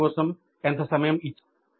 quiz కోసం ఎంత సమయం ఇచ్చారు